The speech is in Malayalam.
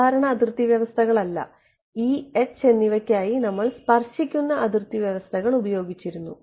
സാധാരണ അതിർത്തി വ്യവസ്ഥകളല്ല E H എന്നിവയ്ക്കായി നമ്മൾ സ്പർശിക്കുന്ന അതിർത്തി വ്യവസ്ഥകൾ ഉപയോഗിക്കുന്നു